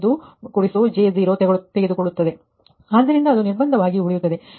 05j 0 ತೆಗೆದುಕೊಳ್ಳುತ್ತಿದೆ ಆದ್ದರಿಂದ ಅದು ನಿರ್ಬಂಧವಾಗಿ ಉಳಿಯುತ್ತದೆ